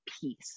peace